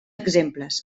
exemples